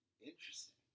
Interesting